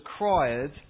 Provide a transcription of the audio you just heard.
required